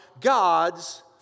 God's